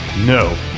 No